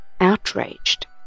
outraged